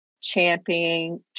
championing